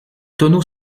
tonneaux